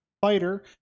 fighter